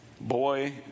boy